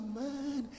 man